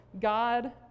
God